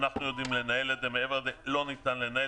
אנחנו יודעים לנהל את זה ומעבר לזה לא ניתן לנהל,